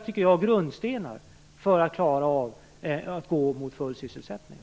Det är fyra grundstenar, tycker jag, för att klara av att gå mot full sysselsättning.